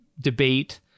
debate